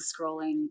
scrolling